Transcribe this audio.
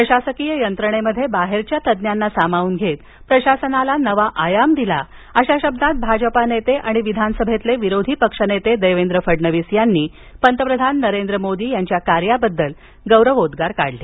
प्रशासकीय यंत्रणेत बाहेरच्या तज्ज्ञांना सामावून घेत प्रशासनाला नवा आयाम दिला अशा शब्दात भाजपा नेते आणि विधानसभेतील विरोधी पक्षनेते देवेंद्र फडणवीस यांनी पंतप्रधान नरेंद्र मोदी यांच्या कार्याबद्दल गौरवोद्वार काढले